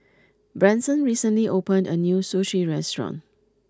Branson recently opened a new Sushi restaurant